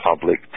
public